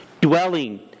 dwelling